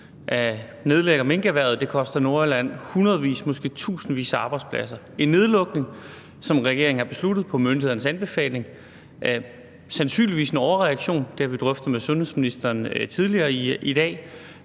nedlægge minkerhvervet. Det koster Nordjylland hundredvis, måske tusindvis af arbejdspladser og er en nedlukning, som regeringen har besluttet på myndighedernes anbefaling – sandsynligvis en overreaktion, det har vi drøftet med sundhedsministeren tidligere i dag.